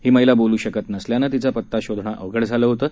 ही महिला बोलू शकत नसल्याम्ळं तिचा पता शोधणं अवघड झालं होतं